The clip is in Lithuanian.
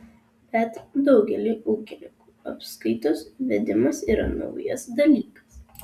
bet daugeliui ūkininkų apskaitos vedimas yra naujas dalykas